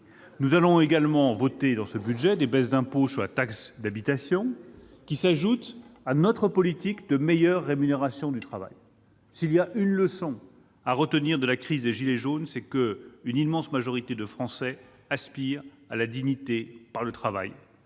vous proposons également de voter, dans ce budget, des baisses d'impôt en matière de taxe d'habitation, qui s'ajoutent à notre politique de meilleure rémunération du travail. S'il y a une leçon à retenir de la crise des « gilets jaunes », c'est qu'une immense majorité de Français aspirent à la dignité par le travail,